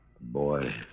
Boy